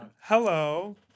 Hello